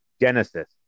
Genesis